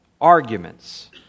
arguments